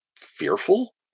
fearful